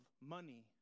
money